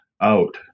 out